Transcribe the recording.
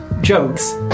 jokes